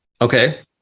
Okay